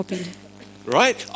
right